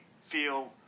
feel